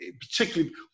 Particularly